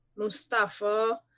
Mustafa